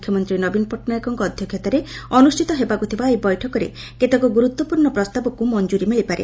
ମୁଖ୍ୟମନ୍ତୀ ନବୀନ ପଟ୍ଟନାୟକଙ୍କ ଅଧ୍ୟକ୍ଷତାରେ ଅନୁଷିତ ହେବାକୁଥିବା ଏହି ବୈଠକରେ କେତେକ ଗୁରୁତ୍ୱପୂର୍ଣ୍ଣ ପ୍ରସ୍ତାବକୁ ମଞ୍ଚୁରୀ ମିଳିପାରେ